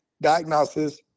diagnosis